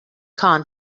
khan